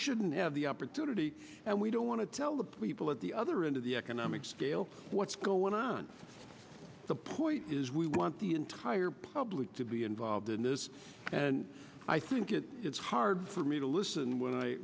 shouldn't have the opportunity and we don't want to tell the people at the other end of the economic scale what's going on the point is we want the entire public to be involved in this and i think that it's hard for me to listen when i